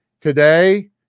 today